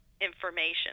information